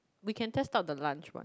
we can test out the lunch one